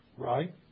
Right